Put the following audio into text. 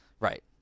Right